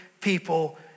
people